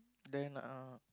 then uh